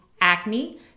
acne